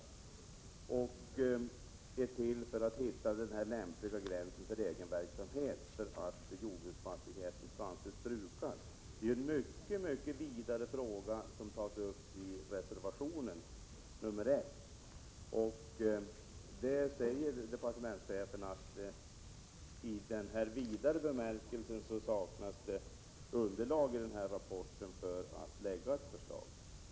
Förslaget är till för att hitta den lämpliga gränsen för egenverksamhet när jordbruksfastigheten anses vara brukad. Det är en mycket vidare fråga som tas upp i reservation 1, och departementschefen säger att det i den vidare bemärkelsen saknas underlag i rapporten för att lägga fram ett förslag.